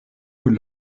kun